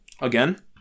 Again